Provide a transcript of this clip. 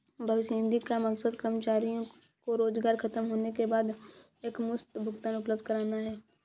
भविष्य निधि का मकसद कर्मचारियों को रोजगार ख़तम होने के बाद एकमुश्त भुगतान उपलब्ध कराना है